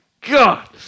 God